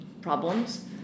problems